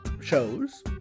shows